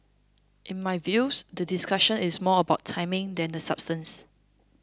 in my views the discussion is more about timing than the substance